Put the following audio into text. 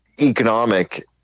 economic